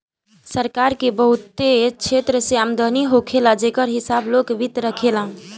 सरकार के बहुत क्षेत्र से आमदनी होला जेकर हिसाब लोक वित्त राखेला